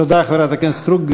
תודה, חברת הכנסת סטרוק.